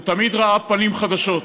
הוא תמיד ראה פנים חדשות.